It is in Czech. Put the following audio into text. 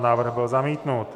Návrh byl zamítnut.